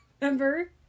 Remember